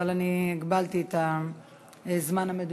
אבל אני הגבלתי את הזמן המדובר.